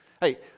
Hey